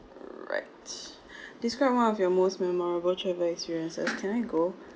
right describe one of your most memorable travel experiences can I go